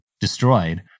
destroyed